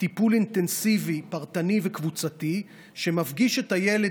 טיפול אינטנסיבי פרטני וקבוצתי שמפגיש את הילד